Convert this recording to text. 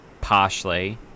Partially